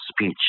speech